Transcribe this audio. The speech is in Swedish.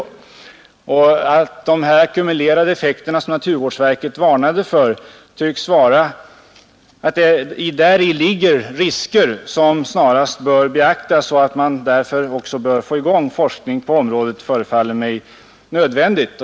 I de ackumulerade effekter som naturvårdsverket varnade för ligger risker som snarast bör beaktas. Att man därför också får i gång forskning på området förefaller mig nödvändigt.